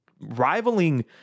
rivaling